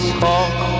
talk